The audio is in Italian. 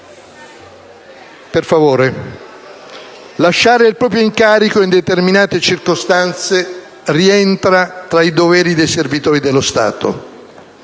kazaka. Lasciare il proprio incarico in determinate circostanze rientra tra i doveri dei servitori dello Stato.